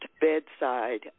bedside